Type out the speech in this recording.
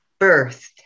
birthed